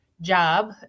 job